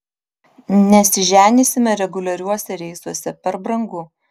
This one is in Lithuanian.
nesiženysime reguliariuose reisuose per brangu